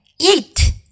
Eat